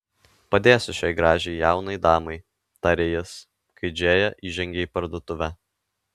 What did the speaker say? padėsiu šiai gražiai jaunai damai tarė jis kai džėja įžengė į parduotuvę